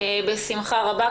בשמחה רבה.